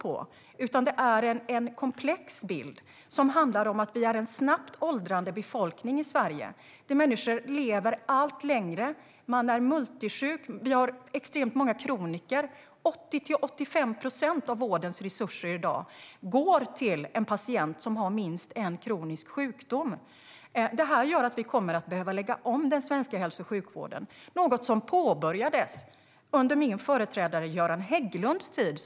Bilden är komplex, och det handlar om att vi är en snabbt åldrande befolkning i Sverige. Människor lever allt längre. Man är multisjuk, och vi har extremt många kroniker. I dag går 80-85 procent av vårdens resurser till patienter med minst en kronisk sjukdom. Detta gör att vi kommer att behöva lägga om den svenska hälso och sjukvården, något som påbörjades under min företrädare Göran Hägglunds tid.